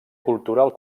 cultural